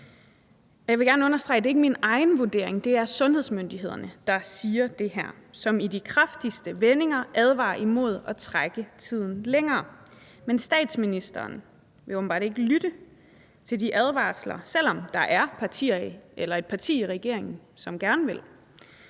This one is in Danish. at det ikke er min egen vurdering – det er sundhedsmyndighederne, der siger det her, og som i de kraftigste vendinger advarer imod at trække tiden længere. Men statsministeren vil åbenbart ikke lytte til de advarsler, selv om der er et parti i regeringen, som gerne vil.